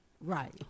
right